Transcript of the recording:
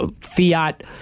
Fiat